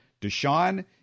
Deshaun